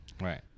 Right